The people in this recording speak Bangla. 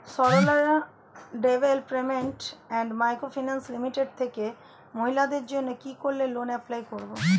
Sarala development and micro finance limited থেকে মহিলাদের জন্য কি করে লোন এপ্লাই করব?